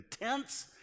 intense